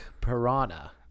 Piranha